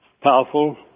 powerful